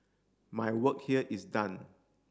my work here is done